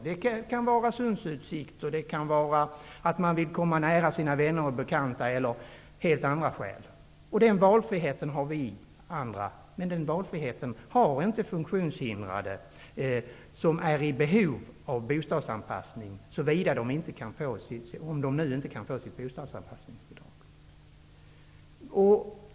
Det kan vara Öresundsutsikt, det kan vara att man vill komma nära sina vänner och bekanta, och det kan vara helt andra skäl. Den valfriheten har vi andra, men den valfriheten har inte funktionshindrade som är i behov av bostadsanpassning, såvida de inte kan få bostadsanpassningsbidrag.